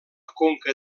conca